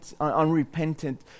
unrepentant